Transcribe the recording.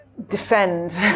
Defend